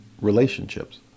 relationships